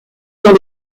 dans